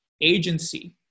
agency